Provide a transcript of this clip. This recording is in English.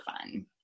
fun